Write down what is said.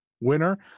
winner